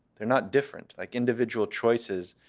they're not different. like individual choices,